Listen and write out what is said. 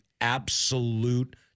absolute